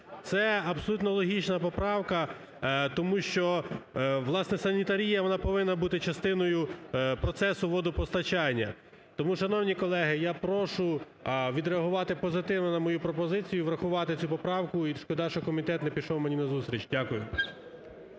Це абсолютно логічна поправка, тому що власне санітарія, вона повинна бути частиною процесу водопостачання. Тому, шановні колеги, я прошу відреагувати позитивно на мою пропозицію, врахувати цю поправку і, шкода, що комітет не пішов мені на зустріч. Дякую.